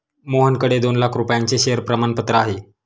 मोहनकडे दोन लाख रुपयांचे शेअर प्रमाणपत्र आहे